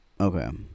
Okay